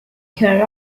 her